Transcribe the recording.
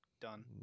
done